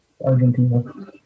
Argentina